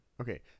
okay